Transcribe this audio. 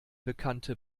bekannte